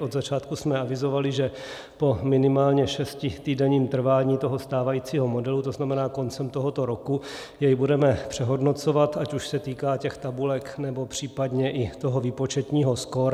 Od začátku jsme avizovali, že po minimálně šestitýdenním trvání toho stávajícího modelu, to znamená koncem tohoto roku, jej budeme přehodnocovat, ať už se týká těch tabulek, nebo případně i toho výpočetního skóre.